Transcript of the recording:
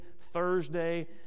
thursday